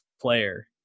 player